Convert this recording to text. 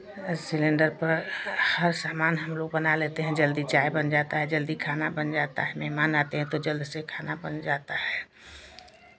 आ cylinder पर हर सामान हमलोग बना लेते हैं जल्दी चाय बन जाता है जल्दी खाना बन जाता है मेहमान आते हैं तो जल्द से खाना बन जाता है